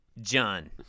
John